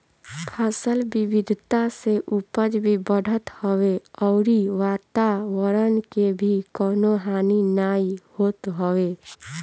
फसल विविधता से उपज भी बढ़त हवे अउरी वातवरण के भी कवनो हानि नाइ होत हवे